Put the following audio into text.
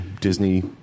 Disney